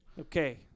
Okay